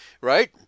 Right